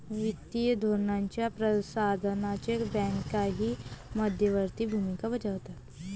वित्तीय धोरणाच्या प्रसारणात बँकाही मध्यवर्ती भूमिका बजावतात